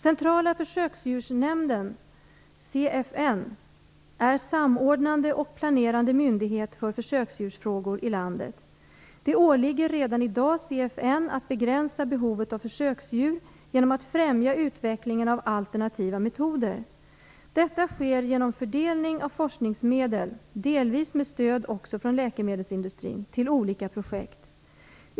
Centrala försöksdjursnämnden, CFN, är samordnande och planerande myndighet för försöksdjursfrågor i landet. Det åligger redan i dag CFN att begränsa behovet av försöksdjur genom att främja utvecklingen av alternativa metoder. Detta sker genom fördelning av forskningsmedel, delvis med stöd också från läkemedelsindustrin, till olika projekt.